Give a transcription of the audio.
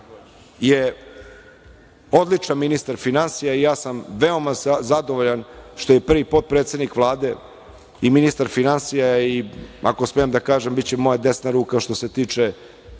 je odličan ministar finansija i ja sam veoma zadovoljan što je prvi potpredsednik Vlade i ministar finansija. Ako smem da kažem, biće moja desna ruka što se tiče